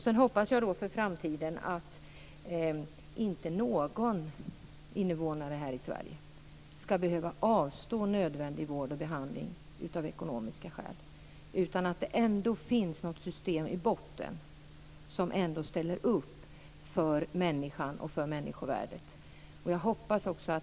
Jag hoppas för framtiden att inte någon invånare i Sverige ska behöva avstå nödvändig vård och behandling av ekonomiska skäl, utan att det ändå finns ett system i botten som ställer upp för människan och människovärdet.